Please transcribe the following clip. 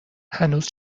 هنوز